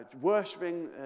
worshipping